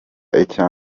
icya